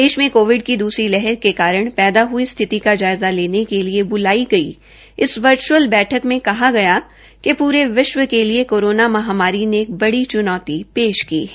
देश में कोविड़ की दूसरी लहर के कारण पैदा हुई स्थिति का जायज़ा लेने के लिए ब्लाई गई वर््अल बैठक मे कहा गया कि पूरे विश्व के लिए कोरोना महामारी ने एक बड़ी च्नौती पेश की है